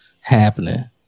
happening